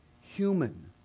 human